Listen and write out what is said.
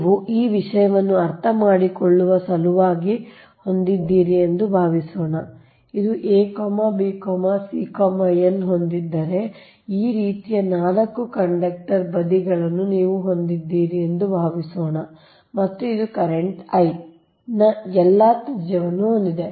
ನೀವು ಈ ವಿಷಯವನ್ನು ಅರ್ಥಮಾಡಿಕೊಳ್ಳುವ ಸಲುವಾಗಿ ಹೊಂದಿದ್ದೀರಿ ಎಂದು ಭಾವಿಸೋಣ ಇದು abcn ಹೊಂದಿದ್ದರೆ ಈ ರೀತಿಯ ನಾಲ್ಕು ಕಂಡಕ್ಟರ್ ಬದಿಗಳನ್ನು ನೀವು ಹೊಂದಿದ್ದೀರಿ ಎಂದು ಭಾವಿಸೋಣ ಮತ್ತು ಇದು ಕರೆಂಟ್ I ನ ಎಲ್ಲಾ ತ್ರಿಜ್ಯವನ್ನು ಹೊಂದಿದೆ